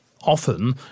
Often